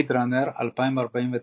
"בלייד ראנר 2049",